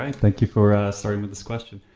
thank you for starting with this question.